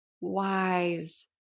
wise